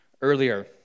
earlier